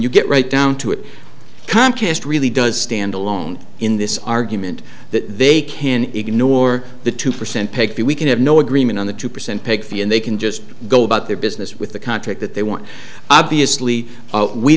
you get right down to it comcast really does stand alone in this argument that they can ignore the two percent pick the we can have no agreement on the two percent pick fee and they can just go about their business with the contract that they want obviously we